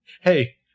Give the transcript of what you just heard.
Hey